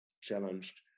challenged